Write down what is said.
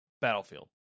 Battlefield